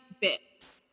bits